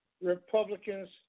Republicans